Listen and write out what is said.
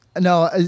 No